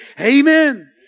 Amen